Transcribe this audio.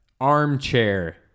armchair